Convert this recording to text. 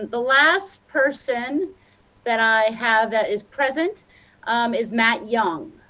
the last person that i have that is present um is matt young.